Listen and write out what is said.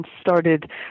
started